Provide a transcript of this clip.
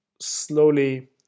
slowly